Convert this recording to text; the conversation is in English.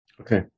Okay